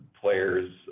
players